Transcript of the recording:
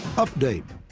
update.